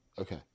Okay